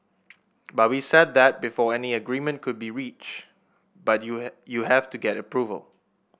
but we said that before any agreement could be reached but you you have to get approval